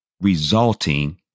resulting